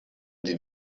die